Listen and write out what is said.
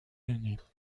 unis